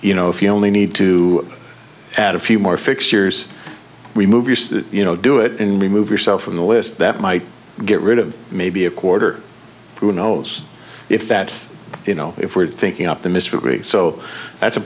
you know if you only need to add a few more fixtures remove use that you know do it and remove yourself from the list that might get rid of maybe a quarter who knows if that you know if we're thinking optimistically so that's a